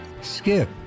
Skip